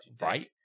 Right